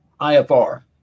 IFR